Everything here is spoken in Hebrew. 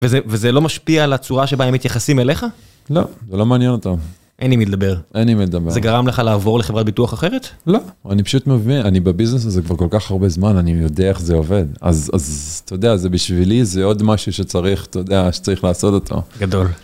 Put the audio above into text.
וזה לא משפיע על הצורה שבה הם מתייחסים אליך? לא, זה לא מעניין אותם. אין עם מי לדבר. אין אם מי לדבר. זה גרם לך לעבור לחברת ביטוח אחרת? לא, אבל אני פשוט מבין, אני בביזנס הזה כבר כל כך הרבה זמן, אני יודע איך זה עובד. אז אתה יודע, זה בשבילי, זה עוד משהו שצריך, אתה יודע, שצריך לעשות אותו. גדול.